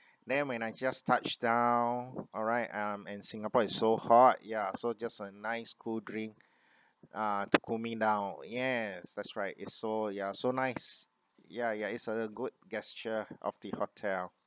then when I just touched down alright um and singapore it's so hot yeah so just a nice cool drink uh to cool me down yes that's right it's so ya so nice ya ya it's a good gesture of the hotel